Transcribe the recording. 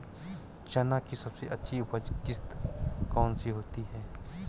चना की सबसे अच्छी उपज किश्त कौन सी होती है?